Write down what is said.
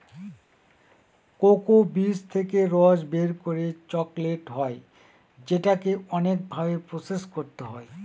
cocoa বীজ থেকে রস বের করে চকলেট হয় যেটাকে অনেক ভাবে প্রসেস করতে হয়